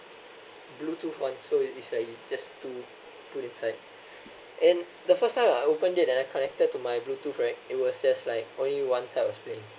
bluetooth [one] so it's like just to put inside and the first time I opened it and I connected to my bluetooth right it was just like only one side was playing